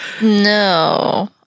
No